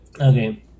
Okay